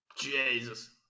Jesus